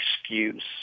excuse